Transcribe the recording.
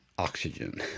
oxygen